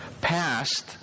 passed